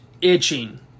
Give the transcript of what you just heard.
itching